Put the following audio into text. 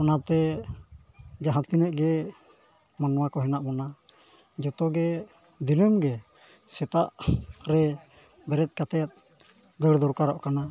ᱚᱱᱟᱛᱮ ᱡᱟᱦᱟᱸ ᱛᱤᱱᱟᱹᱜ ᱜᱮ ᱢᱟᱱᱣᱟ ᱠᱚ ᱢᱮᱱᱟᱜ ᱵᱚᱱᱟ ᱡᱚᱛᱚ ᱜᱮ ᱫᱤᱱᱟᱹᱢ ᱜᱮ ᱥᱮᱛᱟᱜ ᱨᱮ ᱵᱮᱨᱮᱫ ᱠᱟᱛᱮᱫ ᱫᱟᱹᱲ ᱫᱚᱨᱠᱟᱨᱚᱜ ᱠᱟᱱᱟ